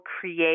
create